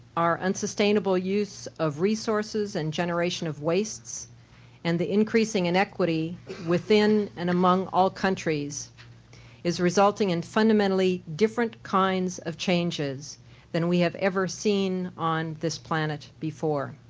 our unsustainable use of resources and generation of wastes and the increasing inequity within and among all countries is resulting in fundamentally different kinds of changes than we have ever seen on this planet before.